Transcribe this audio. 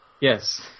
Yes